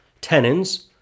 tenons